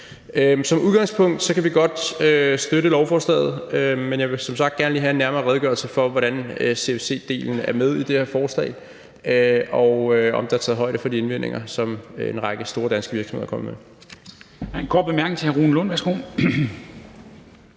Som udgangspunkt kan vi godt støtte lovforslaget, men jeg vil som sagt gerne lige have en nærmere redegørelse for, hvordan CFC-delen er med i det her forslag, og om der er taget højde for de indvendinger, som en række store danske virksomheder er kommet med.